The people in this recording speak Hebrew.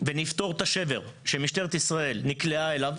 ונפתור את השבר שמשטרת ישראל נקלעה אליו,